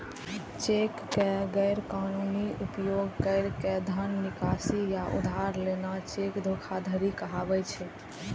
cheque के गैर कानूनी उपयोग कैर के धन निकासी या उधार लेना चेक धोखाधड़ी कहाबै छै